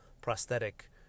prosthetic